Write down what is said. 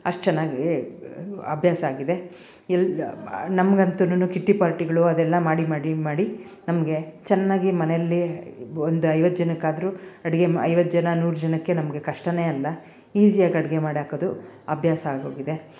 ಅಷ್ಟು ಚೆನ್ನಾಗೇ ಅಭ್ಯಾಸ ಆಗಿದೆ ಎಲ್ಲ ನಮ್ಗಂತುನು ಕಿಟ್ಟಿ ಪಾರ್ಟಿಗಳು ಅದೆಲ್ಲಾ ಮಾಡಿ ಮಾಡಿ ಮಾಡಿ ನಮಗೆ ಚೆನ್ನಾಗಿ ಮನೇಲಿ ಒಂದು ಐವತ್ತು ಜನಕ್ಕಾದ್ರೂ ಅಡಿಗೆ ಮಾ ಐವತ್ತು ಜನ ನೂರು ಜನಕ್ಕೆ ನಮಗೆ ಕಷ್ಟ ಅಲ್ಲ ಈಸಿಯಾಗಿ ಅಡಿಗೆ ಮಾಡಾಕೋದು ಅಭ್ಯಾಸ ಆಗೋಗಿದೆ